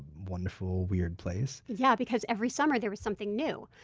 wonderful, weird place? yeah, because every summer there was something new.